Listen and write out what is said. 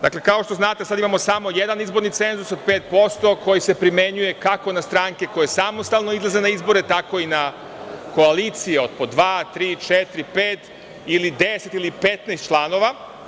Dakle, kao što znate, sada imamo jedan izborni cenzus od 5% koji se primenjuje kako na stranke koje samostalno izlaze na izbore, tako i na koalicije od po dva, tri, četiri, pet ili 10 ili 15 članova.